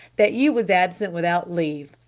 that you was absent without leave.